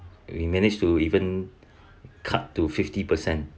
we managed to even cut to fifty per cent